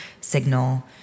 signal